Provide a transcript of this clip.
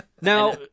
Now